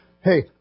Hey